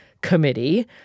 committee